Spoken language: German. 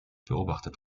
beobachtet